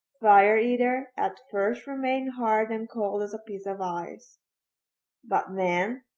fire eater at first remained hard and cold as a piece of ice but then,